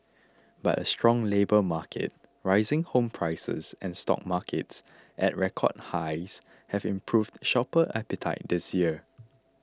but a strong labour market rising home prices and stock markets at record highs have improved shopper appetite this year